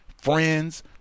friends